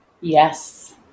Yes